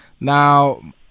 Now